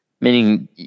meaning